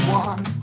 one